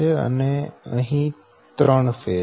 અને અહી ત્રણ ફેઝ છે